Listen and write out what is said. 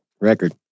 record